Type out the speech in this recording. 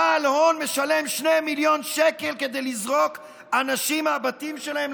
בעל הון משלם 2 מיליון שקל למשטרה כדי לזרוק אנשים מהבתים שלהם.